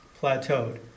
plateaued